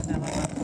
תודה רבה.